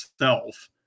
self